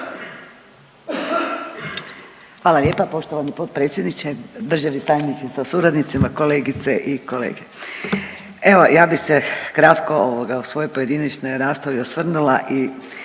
Hvala lijepa poštovani potpredsjedniče, državni tajniče sa suradnicima, kolegice i kolege. Evo ja bi se kratko ovoga u svojoj pojedinačnoj raspravi osvrnula i